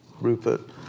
Rupert